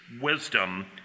wisdom